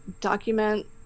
document